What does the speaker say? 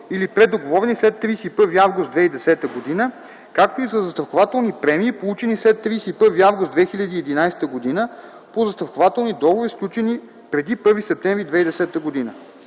или предоговорени след 31 август 2010 г., както и за застрахователни премии, получени след 31 август 2011 г., по застрахователни договори, сключени преди 1 септември 2010 г.